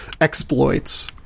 exploits